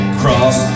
cross